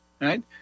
right